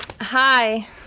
Hi